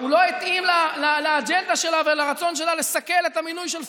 הוא לא התאים לאג'נדה שלה ולרצון שלה לסכל את המינוי של פורמן,